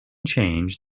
change